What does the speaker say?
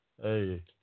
Hey